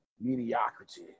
mediocrity